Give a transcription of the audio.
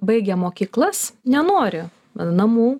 baigę mokyklas nenori namų